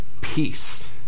peace